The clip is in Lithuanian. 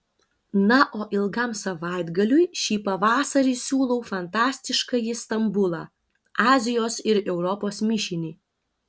na o ilgam savaitgaliui šį pavasarį siūlau fantastiškąjį stambulą azijos ir europos mišinį